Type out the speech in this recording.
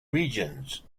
regions